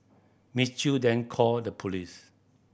Miss Chew then called the police